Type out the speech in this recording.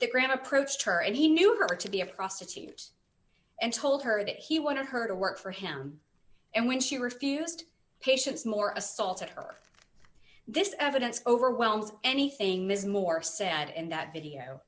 they grant approached her and he knew her to be a prostitute and told her that he wanted her to work for him and when she refused patients more assaulted her this evidence overwhelms anything ms moore said in that video